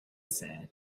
said